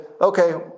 okay